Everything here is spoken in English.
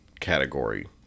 category